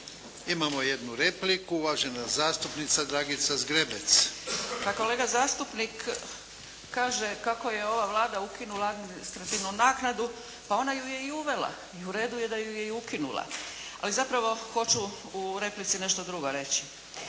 Imamo jednu repliku. Uvažena zastupnica Dragica Zgrebec. **Zgrebec, Dragica (SDP)** Pa kolega zastupnik kaže kako je ova Vlada ukinula administrativnu naknadu. Pa ona ju je i uvela i u redu je da ju je i ukinula. Ali zapravo hoću u replici nešto drugo reći.